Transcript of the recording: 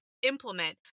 implement